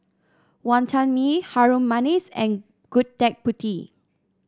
Wonton Mee Harum Manis and Gudeg Putih